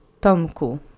Tomku